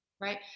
right